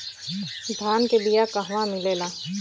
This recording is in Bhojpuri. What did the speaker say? धान के बिया कहवा मिलेला?